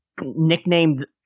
nicknamed